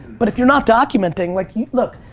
but if you're not documenting, like yeah look,